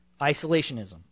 Isolationism